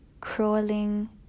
crawling